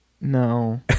No